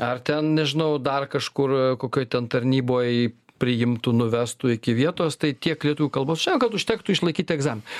ar ten nežinau dar kažkur a kokioj ten tarnyboj priimtų nuvestų iki vietos tai tiek lietuvių kalbos čia gal užtektų išlaikyti egzaminą